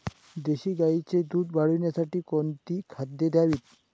देशी गाईचे दूध वाढवण्यासाठी कोणती खाद्ये द्यावीत?